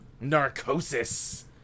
Narcosis